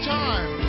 time